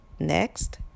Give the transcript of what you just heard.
Next